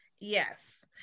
Yes